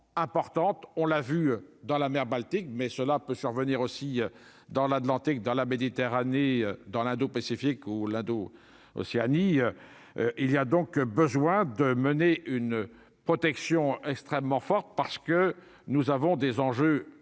on l'a vu dans la mer Baltique, mais cela peut survenir aussi dans l'Atlantique dans la Méditerranée dans l'indo- Pacifique ou l'ado Océanie, il y a donc besoin de mener une protection extrêmement forte parce que nous avons des enjeux énergétiques